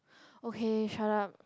okay shut up